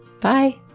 bye